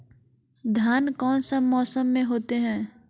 धान कौन सा मौसम में होते है?